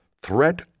Threat